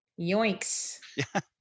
Yoinks